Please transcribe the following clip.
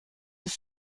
des